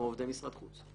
כמו עובדי משרד החוץ.